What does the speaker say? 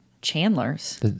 Chandler's